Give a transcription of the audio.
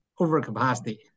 overcapacity